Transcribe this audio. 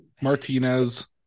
Martinez